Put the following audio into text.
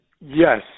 Yes